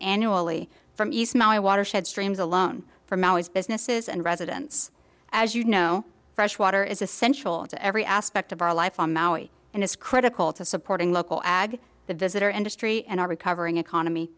annually from east my watershed streams alone from always businesses and residents as you know fresh water is essential to every aspect of our life on maui and is critical to supporting local ag the visitor industry and our recovering economy